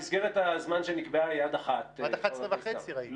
מסגרת הזמן שנקבעה היא עד 13:00. עד 11:30 ראיתי.